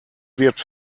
wird